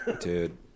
Dude